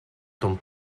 ton